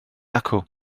acw